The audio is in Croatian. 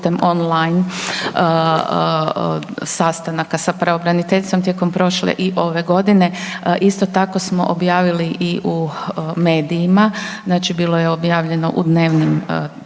putem online sastanaka sa pravobraniteljicom tijekom prošle i ove godine, isto tako smo objavili i u medijima, znači bilo je objavljeno u dnevnim